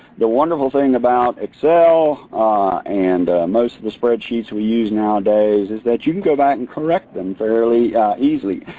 the wonderful thing about excel and most of the spreadsheets that we use nowadays is that you can go back and correct them fairly easily,